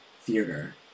theater